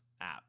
app